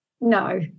No